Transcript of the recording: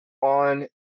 on